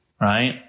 right